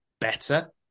better